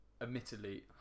admittedly